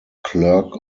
clerk